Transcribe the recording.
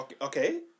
Okay